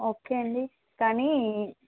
okay అండి కానీ